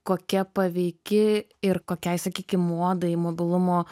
kokia paveiki ir kokiai sakykim modai mobilumo